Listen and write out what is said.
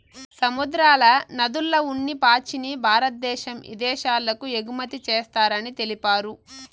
సముద్రాల, నదుల్ల ఉన్ని పాచిని భారద్దేశం ఇదేశాలకు ఎగుమతి చేస్తారని తెలిపారు